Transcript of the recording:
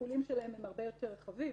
השיקולים שלהם הרבה יותר רחבים.